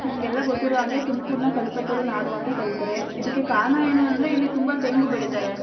ನಮಗೆಲ್ಲ ಗೊತ್ತಿರೋ ಹಂಗೆ ತುಮ್ಕೂರನ್ನ ಕಲ್ಪತರುನಾಡು ಅಂತ ಕರಿತಾರೆ ಇದಕ್ಕೆ ಕಾರಣ ಏನು ಅಂದರೆ ಇಲ್ಲಿ ತುಂಬ ತೆಂಗು ಬೆಳೀತಾರೆ